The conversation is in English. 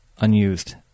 unused